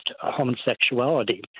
homosexuality